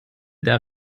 der